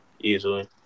Easily